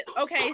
okay